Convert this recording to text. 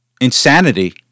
insanity